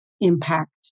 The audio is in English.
impact